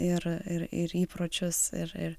ir ir ir įpročius ir ir